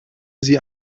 sie